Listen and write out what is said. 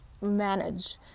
manage